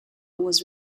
was